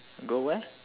go where